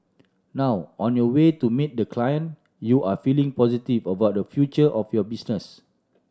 now on your way to meet the client you are feeling positive about the future of your business